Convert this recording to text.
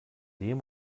dem